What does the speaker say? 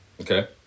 Okay